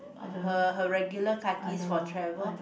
her her regular kakis for travel